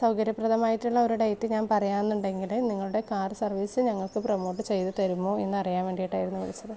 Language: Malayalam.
സൗകര്യപ്രദമായിട്ടുള്ള ഒരു ഡേറ്റ് ഞാൻ പറയാം എന്നുണ്ടെങ്കിൽ നിങ്ങളുടെ കാറ് സർവീസ് ഞങ്ങൾക്ക് പ്രൊമോട്ട് ചെയ്ത് തരുമോ എന്നറിയാൻ വേണ്ടിയിട്ടായിരുന്നു വിളിച്ചത്